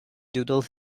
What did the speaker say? doodle